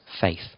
faith